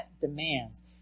demands